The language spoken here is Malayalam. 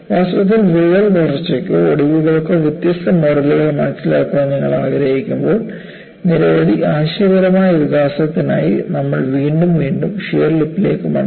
വാസ്തവത്തിൽ വിള്ളൽ വളർച്ചയ്ക്കോ ഒടിവുകൾക്കോ വ്യത്യസ്ത മോഡലുകൾ മനസിലാക്കാൻ നമ്മൾ ആഗ്രഹിക്കുമ്പോൾ നിരവധി ആശയപരമായ വികാസത്തിനായി നമ്മൾ വീണ്ടും വീണ്ടും ഷിയർ ലിപ്പ്ലേക്ക് മടങ്ങും